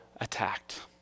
attacked